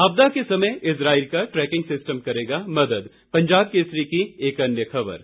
आपदा के समय इजराइल का ट्रैकिंग सिस्टम करेगा मदद पंजाब केसरी की एक अन्य खबर है